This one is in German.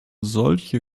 solche